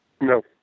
No